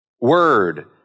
Word